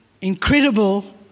incredible